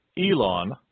Elon